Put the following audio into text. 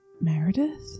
Meredith